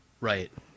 Right